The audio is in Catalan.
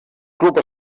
club